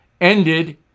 ended